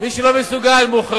מי שלא יכול להגיע, הוא מוחרג.